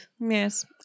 Yes